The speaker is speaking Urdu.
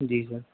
جی سر